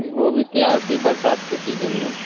गोभी तैयार होती है बरसात के सीजन में